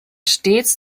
stets